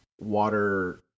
water